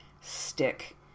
stick